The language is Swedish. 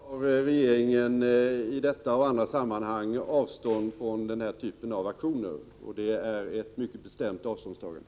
Herr talman! Självfallet tar regeringen i detta och andra sammanhang avstånd från den typen av aktioner. Det är ett mycket bestämt avståndstagande.